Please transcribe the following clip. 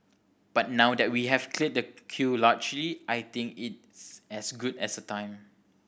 but now that we have cleared the queue largely I think it's as good as a time